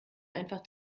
einfach